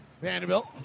Vanderbilt